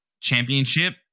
championship